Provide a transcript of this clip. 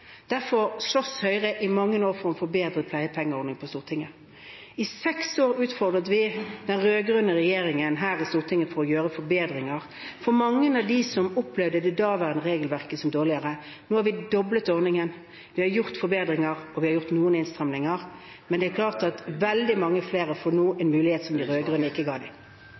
Derfor sloss Høyre i mange år på Stortinget for å få en forbedret pleiepengeordning. I seks år utfordret vi den rød-grønne regjeringen her i Stortinget på å gjøre forbedringer for mange av dem som opplevde det daværende regelverket som dårligere. Nå har vi doblet ordningen, vi har gjort forbedringer, og vi har gjort noen innstramminger. Veldig mange flere får nå en mulighet som de rød-grønne ikke ga